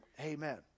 Amen